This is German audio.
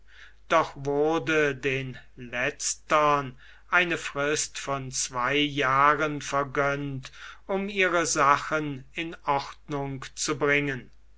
doch wurde den letztern eine frist von zwei jahren vergönnt um ihre sachen in ordnung zu bringen